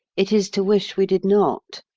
it is to wish we did not.